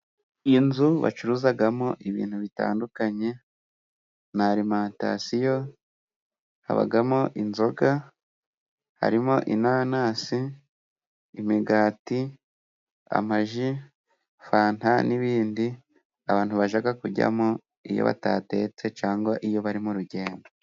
Inzu bacururizamo ibintu bitandukanye, na arimentasiyo, habamo inzoga, harimo inanasi, imigati, amaji, fanta n'ibindi. Abantu bashaka kujyamo, iyo batatetse, cyangwa iyo bari mu urugendo.